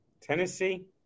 Tennessee